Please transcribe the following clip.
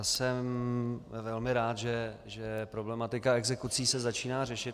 Jsem velmi rád, že se problematika exekucí postupně začíná řešit.